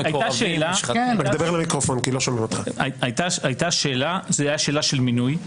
הייתה שאלה, זו הייתה שאלה של מינוי.